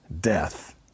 death